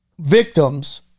victims